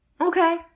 okay